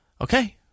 okay